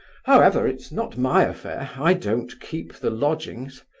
however, it's not my affair. i don't keep the lodgings.